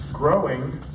growing